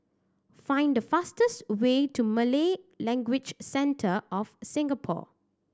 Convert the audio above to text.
find the fastest way to Malay Language Centre of Singapore